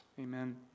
Amen